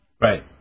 Right